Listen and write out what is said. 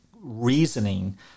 reasoning